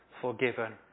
forgiven